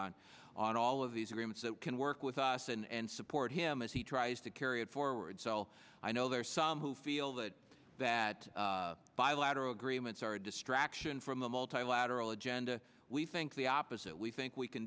on on all of these agreements that can work with us and support him as he tries to carry it forward so i know there are some who feel that that bilateral agreements are a distraction from the multilateral agenda we think the opposite we think we can